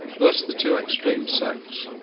thus the two extreme sects,